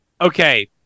Okay